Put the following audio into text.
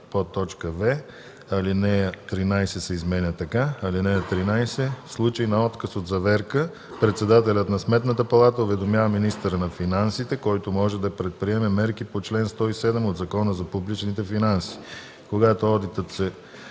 алинея 13 се изменя така: „(13) В случай на отказ от заверка председателят на Сметната палата уведомява министъра на финансите, който може да предприеме мерки по чл. 107 от Закона за публичните финанси. Когато одитът се